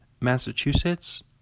Massachusetts